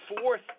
fourth